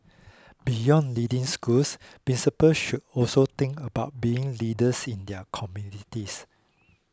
beyond leading schools should also think about being leaders in communities